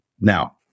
Now